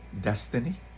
destiny